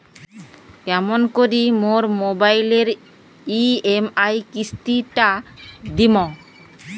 কেমন করি মোর মোবাইলের ই.এম.আই কিস্তি টা দিম?